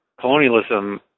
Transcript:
colonialism